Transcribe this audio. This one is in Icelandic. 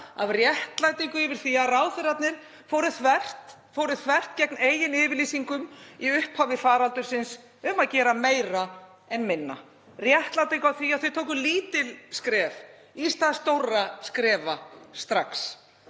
af réttlætingu yfir því að ráðherrarnir fóru þvert gegn eigin yfirlýsingum í upphafi faraldursins um að gera meira en minna. Réttlætingu á því að þau tóku lítil skref í stað stórra skrefa. Strax.